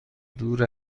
دور